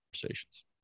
conversations